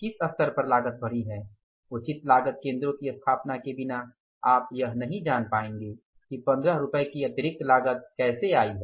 किस स्तर पर लागत बढ़ी है उचित लागत केंद्रों की स्थापना के बिना आप यह नहीं जान पाएंगे कि पंद्रह रुपये की अतिरिक्त लागत कैसे आई है